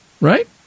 Right